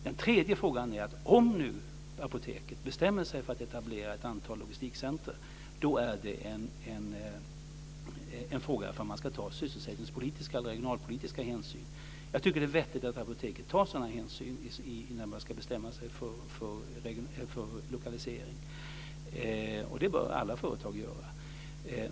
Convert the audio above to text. Den tredje frågan är, om nu Apoteket bestämmer sig för att etablera ett antal logistikcentrum, om man ska ta sysselsättningspolitiska eller regionalpolitiska hänsyn. Jag tycker att det är vettigt att Apoteket tar sådana hänsyn innan man ska bestämma sig för lokalisering. Det bör alla företag göra.